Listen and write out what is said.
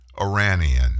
Iranian